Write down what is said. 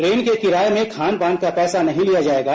train के किराये में खान पान का पैसा नहीं लिया जाएगा